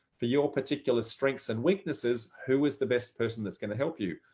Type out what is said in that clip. for your particular strengths and weaknesses, who was the best person that's going to help you?